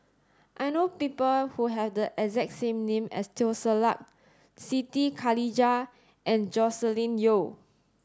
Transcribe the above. I know people who have the exact name as Teo Ser Luck Siti Khalijah and Joscelin Yeo